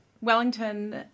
Wellington